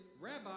Rabbi